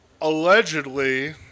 allegedly